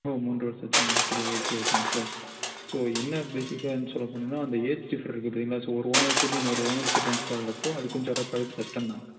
ஓ மூன்றை வருஷ ஆச்சுங்களா சரி ஓகே ஓகேங்க சார் ஸோ என்ன பேசிக்கான்னு சொல்ல போனோன்னா அந்த ஏஜ் டிஃப்பர் இருக்கு தெரியுங்களா ஸோ ஒரு ஓனர்ட்டேர்ந்து இன்னொரு ஓனருக்கு ட்ரான்ஸ்ஃபர் ஆகுறப்போ அது கொஞ்ச அடாப்ட் ஆகுறது கஷ்டம்தான்